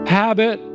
habit